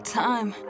time